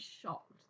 shocked